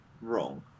wrong